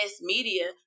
media